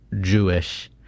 jewish